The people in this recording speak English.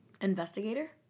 investigator